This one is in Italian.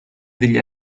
degli